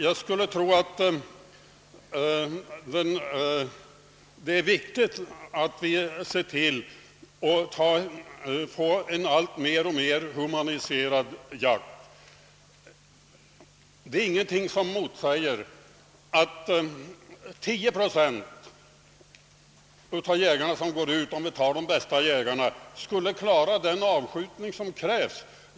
Jag tror det är viktigt att se till att vi får en alltmer humaniserad jakt. Det är ingenting som motsäger att 10 procent av de jägare som går ut i skogen, om vi tar de bästa, skulle kunna klara den avskjutning som krävs.